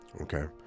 Okay